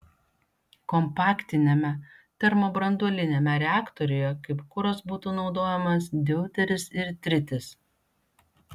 kompaktiniame termobranduoliniame reaktoriuje kaip kuras būtų naudojamas deuteris ir tritis